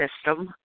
system